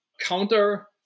counter